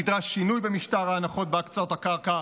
נדרש שינוי במשטר ההנחות בהקצאות הקרקע,